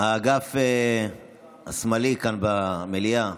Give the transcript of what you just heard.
האגף השמאלי כאן במליאה,